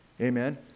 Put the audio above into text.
Amen